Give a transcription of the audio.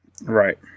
Right